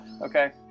Okay